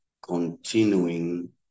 continuing